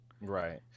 Right